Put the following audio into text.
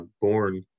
born